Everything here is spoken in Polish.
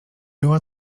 była